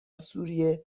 سوریه